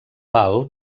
pal